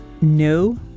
No